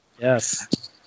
Yes